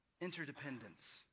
interdependence